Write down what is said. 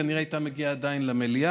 כנראה שזה היה מגיע עדיין למליאה.